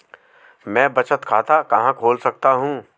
मैं बचत खाता कहां खोल सकता हूं?